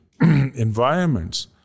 environments